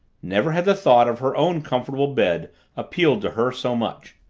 never had the thought of her own comfortable bed appealed to her so much.